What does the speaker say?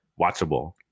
watchable